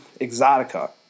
Exotica